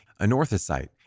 anorthosite